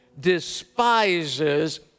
despises